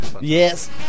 Yes